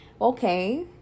okay